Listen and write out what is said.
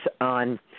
on